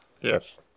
Yes